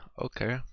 okay